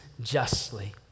justly